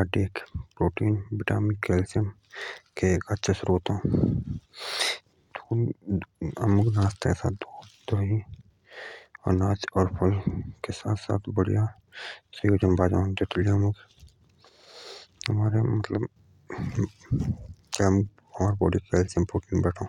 आडिक vitamin protein calcium के आच्छा सोर्त अ आमुक नास्ते मुझ दही के साथ साथ फल पणे खाणे तेतू लेई आमारे सेहत बाज और आमुक ओर केल्शियम बेट।